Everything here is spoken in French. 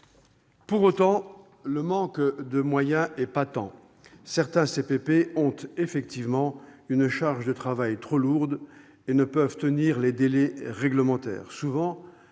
Pour autant, le manque de moyens est patent. Certains CPP ont, effectivement, une charge de travail trop lourde et ne peuvent tenir les délais réglementaires. Par